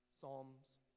Psalms